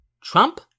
Trump